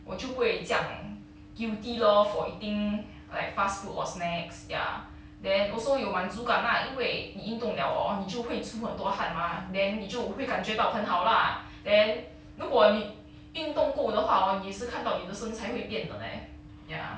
我就不会酱 guilty lor for eating like fast food or snacks ya then also 有满足感 lah 因为你运动了 hor 你就会出多汗 mah then 你就会感觉到很好 lah then 如果你运动够的话 hor 你也是看到你的身材会变得 leh ya